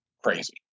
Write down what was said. crazy